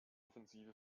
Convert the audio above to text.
offensive